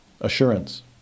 assurance